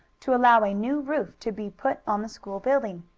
to allow a new roof to be put on the school building.